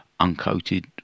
uncoated